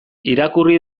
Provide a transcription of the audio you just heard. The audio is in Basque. irakurri